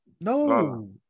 No